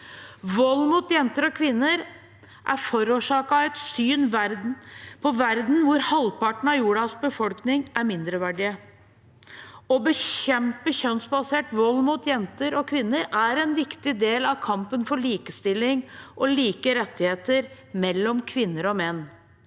Vold mot jenter og kvinner er forårsaket av et syn på verden der halvparten av jordens befolkning er mindreverdige. Å bekjempe kjønnsbasert vold mot jenter og kvinner er en viktig del av kampen for likestilling og like rettigheter mellom kvinner og menn.